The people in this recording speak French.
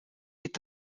est